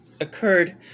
occurred